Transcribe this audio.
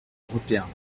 européen